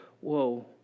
whoa